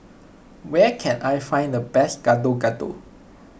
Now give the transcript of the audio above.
where can I find the best Gado Gado